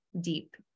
deep